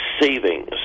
savings